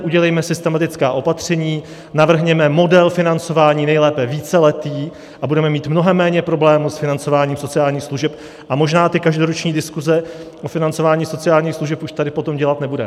Udělejme systematická opatření, navrhněme model financování, nejlépe víceletý, a budeme mít mnohem méně problémů s financováním sociálních služeb a možná ty každoroční diskuse o financování sociálních služeb už tady potom dělat nebudeme.